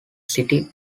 city